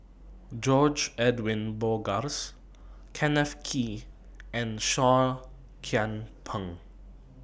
George Edwin Bogaars Kenneth Kee and Seah Kian Peng